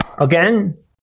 again